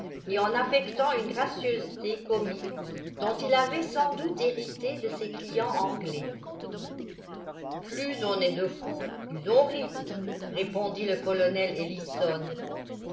et en affectant une gracieuseté comique dont il avait sans doute hérité de ses clients anglais plus on est de fous plus on rit répondit le colonel ellison